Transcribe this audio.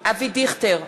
אבי דיכטר,